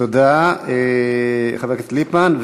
תודה, חבר הכנסת ליפמן.